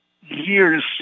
years